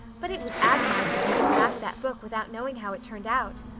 but it was agonizing to give back that book without knowing how it turned out.